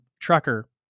trucker